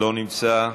לא נמצא,